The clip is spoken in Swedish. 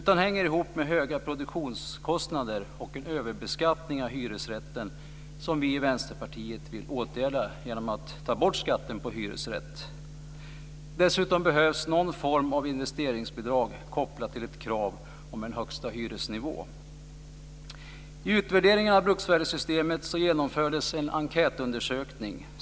Det hänger ihop med höga produktionskostnader och en överbeskattning av hyresrätten. Det är något som vi i Vänsterpartiet vill åtgärda genom att ta bort skatten på hyresrätt. Dessutom behövs någon form av investeringsbidrag kopplat till ett krav om en högsta hyresnivå. I utvärderingen av bruksvärdessystemet utfördes en enkätundersökning.